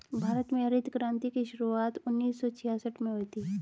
भारत में हरित क्रान्ति की शुरुआत उन्नीस सौ छियासठ में हुई थी